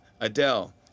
Adele